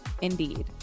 indeed